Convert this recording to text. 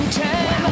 ten